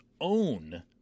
own